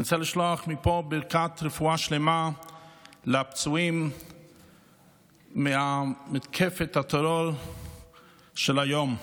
אני רוצה לשלוח מפה ברכת רפואה שלמה לפצועים ממתקפת הטרור של היום.